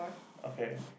okay